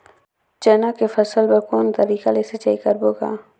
चना के फसल बर कोन तरीका ले सिंचाई करबो गा?